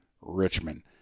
Richmond